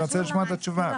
אני רוצה לשמוע את התשובה,